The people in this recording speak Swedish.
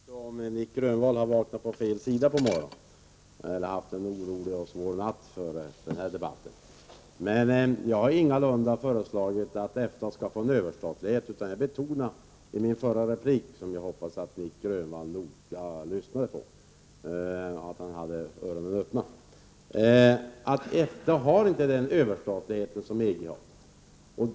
Herr talman! Jag vet inte om Nic Grönvall vaknade på fel sida i morse eller om han har haft en orolig och svår natt inför debatten. Jag har ingalunda föreslagit att EFTA skall få en överstatlighet. Jag betonade i min förra replik — och jag hoppas att Nic Grönvall lyssnade noga och att han hade öronen öppna — att EFTA inte har den överstatlighet som EG har.